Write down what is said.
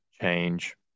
change